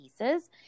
pieces